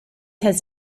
has